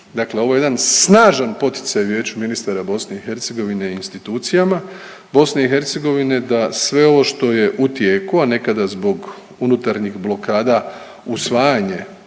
dakle ovo je jedan snažan poticaj Vijeću ministara BiH i institucijama, BiH da sve ovo što je u tijeku, a nekada zbog unutarnjih blokada usvajanje